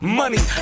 money